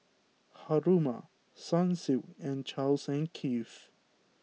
Haruma Sunsilk and Charles and Keith